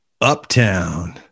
uptown